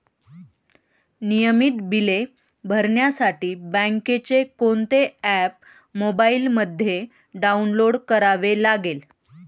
नियमित बिले भरण्यासाठी बँकेचे कोणते ऍप मोबाइलमध्ये डाऊनलोड करावे लागेल?